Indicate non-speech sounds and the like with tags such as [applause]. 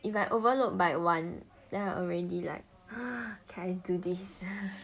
if I overload by one then I already like [noise] can I do this